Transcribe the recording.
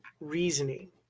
reasoning